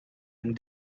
and